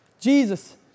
Jesus